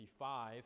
55